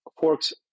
forks